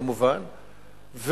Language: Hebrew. כמובן,